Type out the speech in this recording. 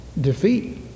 Defeat